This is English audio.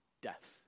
death